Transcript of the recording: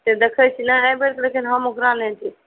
से देखै छीयै लेकिन एहिबेर तऽ हम ओकरा नहि देब